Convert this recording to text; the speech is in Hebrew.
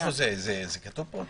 איפה זה כתוב בחוק?